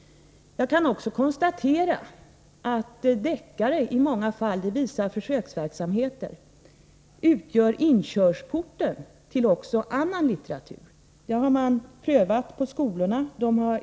Jag kan också konstatera att deckare i många fall — det visar försöksverksamheter — utgör inkörsporten också till annan litteratur. Detta har man prövat i skolorna.